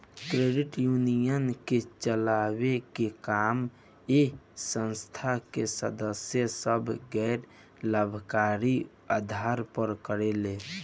credit union के चलावे के काम ए संस्था के सदस्य सभ गैर लाभकारी आधार पर करेले